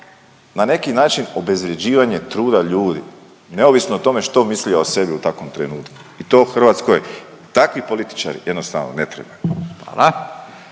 na neki način obezvrjeđivanje truda ljudi i neovisno o tome što misli o sebi u takvom trenutku. To Hrvatskoj, takvi političari jednostavno ne trebaju.